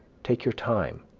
take your time,